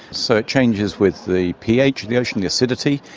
so it changes with the ph of the ocean, the acidity,